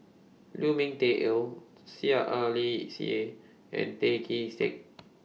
Lu Ming Teh Earl Seah R Li Seah and Tan Kee Sek